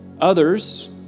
others